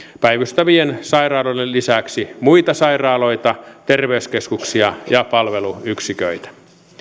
päivystävien sairaaloiden lisäksi muita sairaaloita terveyskeskuksia ja palveluyksiköitä